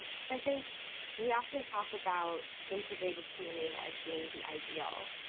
cause i think we often talk about integrated communities as being the ideal.